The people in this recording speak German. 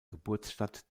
geburtsstadt